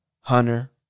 Hunter